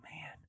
man